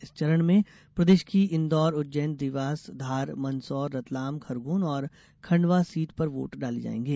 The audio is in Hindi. इस चरण में प्रदेश की इन्दौर उज्जैन देवास धार मंदसौर रतलाम खरगोन और खंडवा सीट पर वोट डाले जायेंगे